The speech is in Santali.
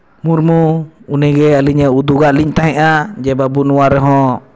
ᱢᱩᱨᱢᱩ ᱩᱱᱤᱜᱮ ᱟᱹᱞᱤᱧᱮ ᱩᱫᱩᱜᱟᱜ ᱞᱤᱧ ᱛᱟᱦᱮᱸᱫᱼᱟ ᱡᱮ ᱵᱟᱵᱩ ᱱᱚᱣᱟ ᱨᱮᱦᱚᱸ